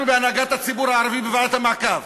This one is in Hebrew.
אנחנו, בהנהגת הציבור הערבי, בוועדת המעקב,